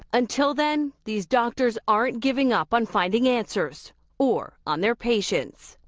until then, these doctors aren't giving up on finding answers or on their patients.